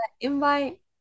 invite